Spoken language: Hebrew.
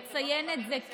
לציין את זה כן,